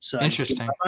Interesting